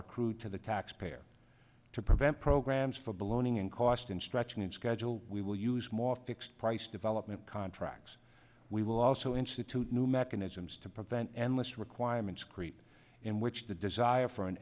to the taxpayer to prevent programs for bologna and cost in stretching and schedule we will use more fixed price development contracts we will also institute new mechanisms to prevent and less requirements creep in which the desire for an